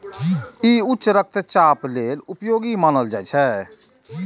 ई उच्च रक्तचाप लेल उपयोगी मानल जाइ छै